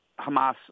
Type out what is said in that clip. Hamas